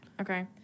Okay